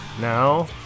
Now